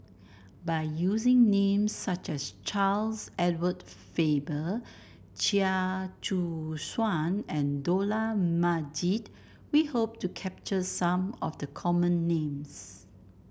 by using names such as Charles Edward Faber Chia Choo Suan and Dollah Majid we hope to capture some of the common names